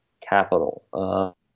Capital